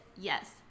Yes